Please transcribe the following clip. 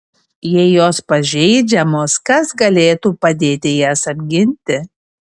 jei jos pažeidžiamos kas galėtų padėti jas apginti